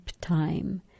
time